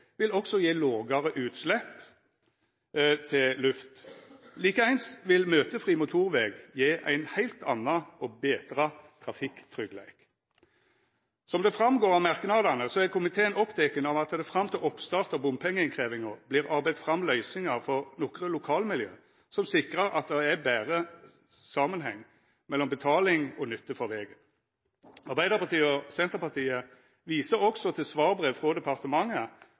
vil også gje lågare utslepp til luft. Like eins vil møtefri motorveg gje ein heilt annan og betra trafikktryggleik. Som det går fram av merknadene, er komiteen oppteken av at det fram til oppstart av bompengeinnkrevjinga vert arbeidd fram løysingar for nokre lokalmiljø som sikrar at det er betre samanheng mellom betaling og nytte for vegen. Arbeidarpartiet og Senterpartiet viser også til svarbrev frå departementet,